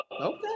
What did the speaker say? okay